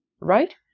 right